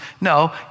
No